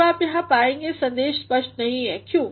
अब आप यहाँ पाएंगे सन्देश स्पष्ट नहीं है क्यों